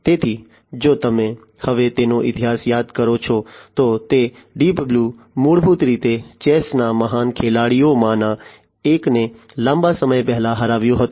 તેથી જો તમે હવે તેનો ઇતિહાસ યાદ કરો છો તો તે ડીપ બ્લુ મૂળભૂત રીતે ચેસના મહાન ખેલાડીઓમાંના એકને લાંબા સમય પહેલા હરાવ્યો હતો